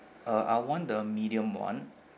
uh I want the medium [one]